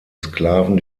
sklaven